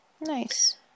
Nice